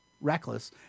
reckless